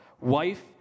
wife